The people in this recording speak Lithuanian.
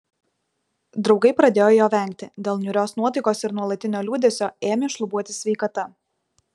draugai pradėjo jo vengti dėl niūrios nuotaikos ir nuolatinio liūdesio ėmė šlubuoti sveikata